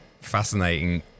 fascinating